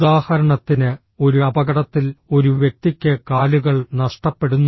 ഉദാഹരണത്തിന് ഒരു അപകടത്തിൽ ഒരു വ്യക്തിക്ക് കാലുകൾ നഷ്ടപ്പെടുന്നു